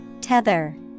Tether